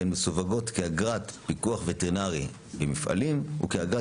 והן מסווגות כאגרת פיקוח וטרינרי ממפעלים וכאגרת